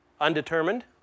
undetermined